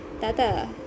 Tata